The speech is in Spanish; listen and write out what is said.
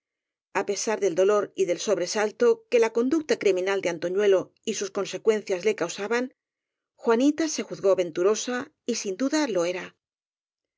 á pesar del dolor y del sobresalto que la conducta criminal de antoñuelo y sus consecuencias le causaban juanita se juzgó venturosa y sin duda lo era